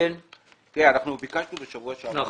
אנחנו ביקשנו בשבוע שעבר נתונים.